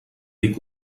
dir